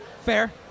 Fair